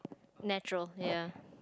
natural ya